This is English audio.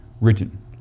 written